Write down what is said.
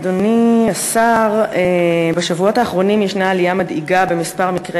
ראויה כלפי